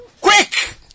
Quick